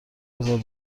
بزار